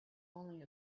only